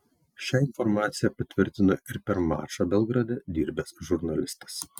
šią informacija patvirtino ir per mačą belgrade dirbęs žurnalistas